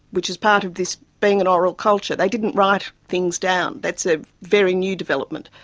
which is part of this being an oral culture. they didn't write things down, that's a very new development.